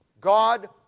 God